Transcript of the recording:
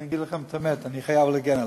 אני אגיד לכם את האמת, אני חייב להגן עליו.